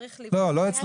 צריך לבדוק --- לא אצלכם,